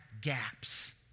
gaps